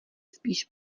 spíš